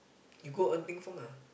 you go Ng-Teng-Fong ah